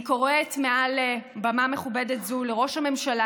אני קוראת מעל בימה מכובדת זאת לראש הממשלה